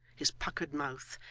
his puckered mouth,